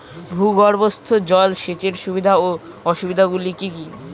ভূগর্ভস্থ জল সেচের সুবিধা ও অসুবিধা গুলি কি কি?